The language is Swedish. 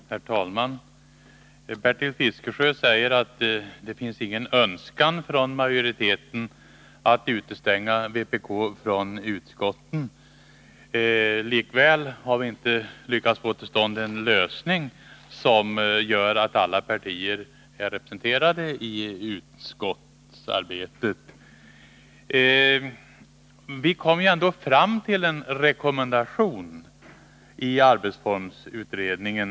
Herr talman! Bertil Fiskesjö säger att det inte finns någon önskan från majoriteten att utestänga vpk från utskotten. Likväl har vi inte lyckats få till stånd en lösning som gör att alla partier är representerade i utskotten. Nr 109 Vi kom ändå fram till en rekommendation i arbetsformsutredningen.